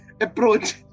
approach